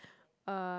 uh